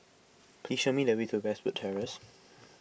please show me the way to Westwood Terrace